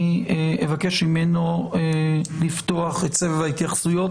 אני אבקש ממנו לפתוח את סבב ההתייחסויות,